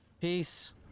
Peace